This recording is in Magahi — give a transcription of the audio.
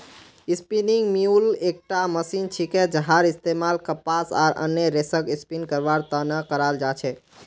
स्पिनिंग म्यूल एकटा मशीन छिके जहार इस्तमाल कपास आर अन्य रेशक स्पिन करवार त न कराल जा छेक